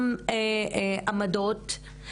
גם עמדות,